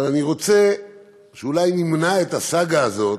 אני רוצה שאולי נמנע את הסאגה הזאת,